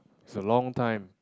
it's a long time